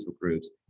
groups